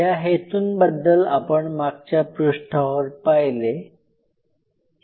या हेतूंबद्दल आपण मागच्या पृष्ठावर पाहिले